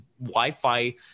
Wi-Fi